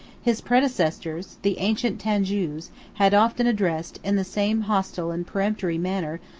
his predecessors, the ancient tanjous, had often addressed, in the same hostile and peremptory manner,